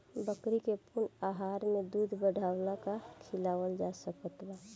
बकरी के पूर्ण आहार में दूध बढ़ावेला का खिआवल जा सकत बा?